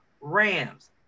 Rams